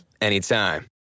anytime